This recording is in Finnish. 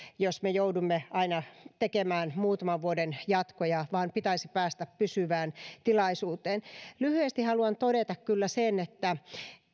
jos me joudumme aina tekemään muutaman vuoden jatkoja vaan pitäisi päästä pysyvään tilanteeseen lyhyesti haluan todeta kyllä sen että